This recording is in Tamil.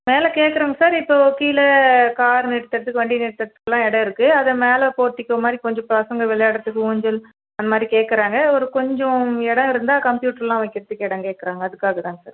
மேலே கேட்குறோங்க சார் இப்போது கீழே கார் நிறுத்தறதுக்கு வண்டி நிறுத்தறதுக்கு எல்லாம் இடம் இருக்குது அது மேலே போர்டிகோ மாதிரி கொஞ்சம் பசங்கள் விளையாடுறதுக்கு ஊஞ்சல் அந்த மாதிரி கேட்கறாங்க ஒரு கொஞ்சம் இடம் இருந்தால் கம்ப்யூட்ரெல்லாம் வைக்கறதுக்கு இடம் கேட்கறாங்க அதுக்காக தான் சார் கேட்டேன்